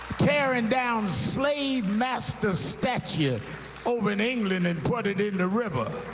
tearing down slave masters' statues over in england and put it in the river.